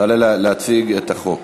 תעלה להציג את החוק.